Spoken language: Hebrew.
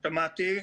שמעתי.